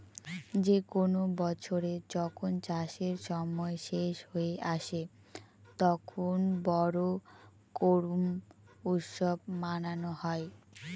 যে কোনো বছরে যখন চাষের সময় শেষ হয়ে আসে, তখন বোরো করুম উৎসব মানানো হয়